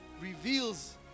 reveals